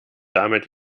damit